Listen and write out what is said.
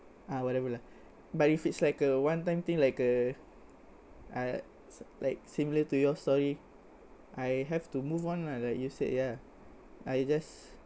uh whatever lah but if it's like a one time thing like a uh like similar to your story I have to move on lah like you said yah I just